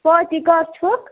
فاطے کَر چھُکھ